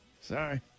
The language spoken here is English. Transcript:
Sorry